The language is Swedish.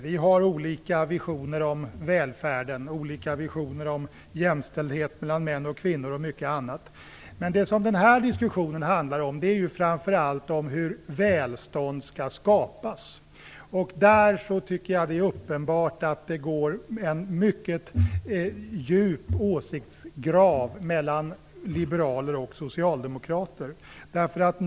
Vi har olika visioner om välfärden, olika visioner om jämställdhet mellan män och kvinnor och mycket annat. Men denna diskussion handlar framför allt om hur välstånd skall skapas. Där tycker jag att det är uppenbart att det går en mycket djup åsiktsgrav mellan liberaler och socialdemokrater.